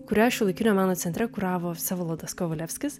kurią šiuolaikinio meno centre kuravo vsevolodas kovalevskis